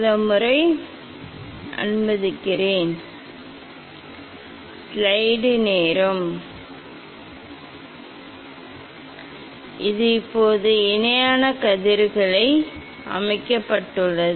இந்த வழியில் ஒருவர் செய்ய வேண்டியது சில முறை நான் இதை மீண்டும் வர அனுமதிக்கிறேன் இது மிகவும் அருமை மிகவும் கூர்மையானது இது இப்போது இணையான கதிர்களுக்கு அமைக்கப்பட்டுள்ளது